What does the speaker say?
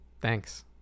thanks